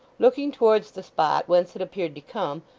looking towards the spot whence it appeared to come,